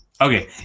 Okay